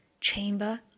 chamber